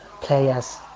players